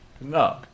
No